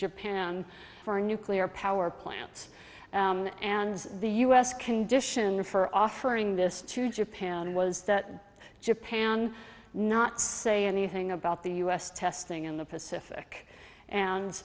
japan for nuclear power plants and the u s condition for offering this to japan was that japan not say anything about the us testing in the pacific and